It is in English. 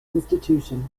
institution